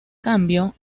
cambio